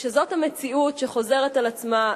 כשזאת המציאות שחוזרת על עצמה,